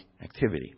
activity